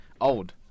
Old